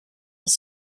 des